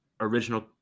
original